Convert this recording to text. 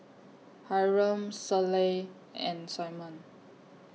Hyrum Selah and Simon